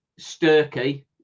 Sturkey